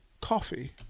Coffee